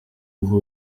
uwo